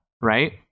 right